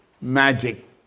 magic